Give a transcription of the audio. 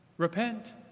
Repent